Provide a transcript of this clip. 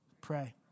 Pray